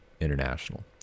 international